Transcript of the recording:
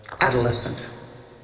Adolescent